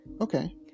Okay